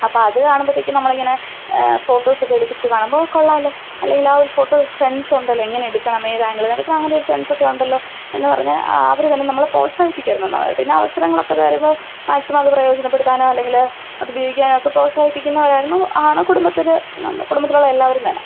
അപ്പം അത് കാണുമ്പത്തേക്ക് നമ്മളിങ്ങനെ ഫോട്ടോസ് ഒക്കെ എടുത്ത് കാണുമ്പോൾ കൊള്ളാലോ അല്ലെങ്കിൽ ആ ഒരു ഫോട്ടോ സെൻസ് ഉണ്ടല്ലോ എങ്ങനെ എടുക്കണം ഏത് ആങ്കിളീ നിന്ന് എടുക്കണം അങ്ങനൊരു സെൻസ് ഒക്കെ ഉണ്ടല്ലോ എന്ന് പറഞ്ഞാൽ അവർ തന്നെ നമ്മളെ പ്രോത്സാഹിപ്പിക്കുകയായിരുന്നു എന്ന് പിന്നെ അവസരങ്ങളൊക്കെ തരുമ്പോൾ മാക്സിമം അത് പ്രയോജനപ്പെടുത്താനോ അല്ലെങ്കിൽ അത് ഉപയോഗിക്കാനോ ഒക്കെ പ്രോത്സാഹിപ്പിക്കുന്നവരായിരുന്നു ആണ് കുടുംബത്തിൽ നമ്മളെ കുടുംബത്തിലുള്ള എല്ലാവരുംതന്നെ